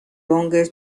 longer